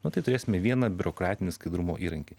na tai turėsime vieną biurokratinį skaidrumo įrankį